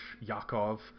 yakov